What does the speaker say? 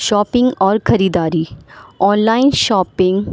shopping اور خریداری online shopping